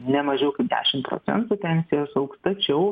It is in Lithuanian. ne mažiau kaip dešim procentų pensijos augs tačiau